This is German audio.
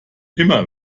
immer